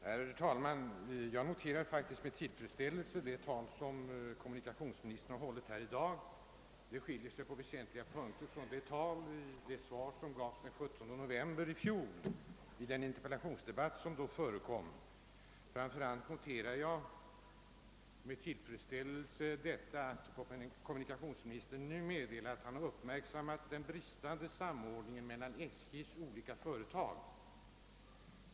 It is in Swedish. Herr talman! Jag noterar med tillfredsställelse det anförande som kommunikationsministern hållit här i dag. Det skiljer sig på väsentliga punkter från det svar han den 17 november i fjol lämnade i kammaren på de interpellationer som då hade framställts. Framför allt noterar jag att kommunikationsministern nu meddelar, att han uppmärksammat den bristande samordningen mellan SJ:s olika företag.